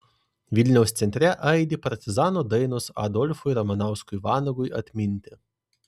vilniaus centre aidi partizanų dainos adolfui ramanauskui vanagui atminti